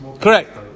Correct